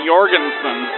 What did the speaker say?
Jorgensen